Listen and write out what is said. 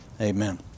Amen